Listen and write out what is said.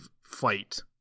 fight